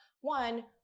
one